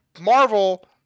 Marvel